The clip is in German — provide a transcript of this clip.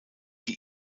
die